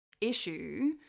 issue